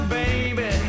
baby